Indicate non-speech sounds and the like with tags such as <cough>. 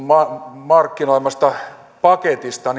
markkinoimasta paketista <unintelligible>